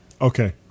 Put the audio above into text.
Okay